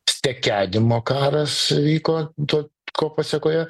stekenimo karas vyko to ko pasekoje